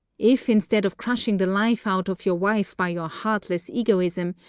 if, instead of crushing the life out of your wife by your heartless egoism,